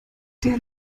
der